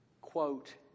Quote